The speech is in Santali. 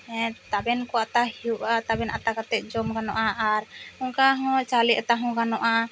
ᱦᱮᱸ ᱛᱟᱵᱮᱱ ᱠᱚ ᱟᱛᱟ ᱦᱩᱭᱩᱜᱼᱟ ᱛᱟᱵᱮᱱ ᱟᱛᱟ ᱠᱟᱛᱮᱜ ᱡᱚᱢ ᱜᱟᱱᱚᱜᱼᱟ ᱟᱨ ᱚᱝᱠᱟ ᱦᱚᱸ ᱪᱟᱣᱞᱮ ᱟᱛᱟ ᱜᱟᱱᱚᱜᱼᱟ